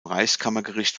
reichskammergericht